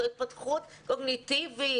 זו התפתחות קוגניטיבית,